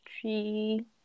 three